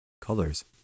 colors